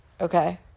Okay